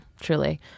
truly